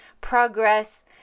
progress